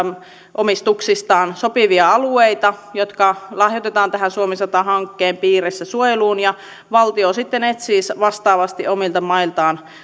omistuksistaan sopivia alueita jotka lahjoitetaan suomi sata hankkeen piirissä suojeluun ja valtio sitten etsii vastaavasti omilta mailtaan